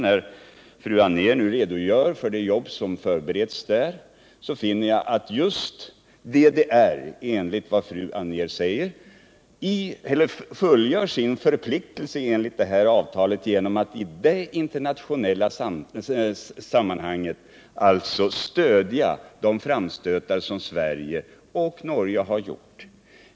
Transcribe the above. När fru Anér nu redogör för det arbete som förbereds där, finner jag att just DDR enligt vad fru Anér säger fullgör sin förpliktelse enligt avtalet genom att i det internationella sammanhanget stödja de framstötar som Sverige och Norge har gjort.